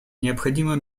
необходимо